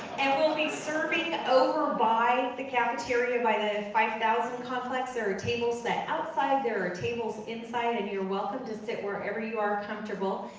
and we'll be serving over by the cafeteria, by the five thousand complex, there are tables set outside, there are tables inside and you are welcome to sit wherever you are comfortable.